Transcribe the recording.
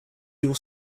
your